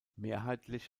mehrheitlich